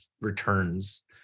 returns